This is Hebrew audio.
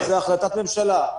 לא, זו החלטת ממשלה.